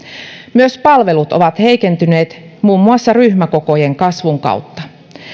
myös palvelut ovat heikentyneet muun muassa ryhmäkokojen kasvun kautta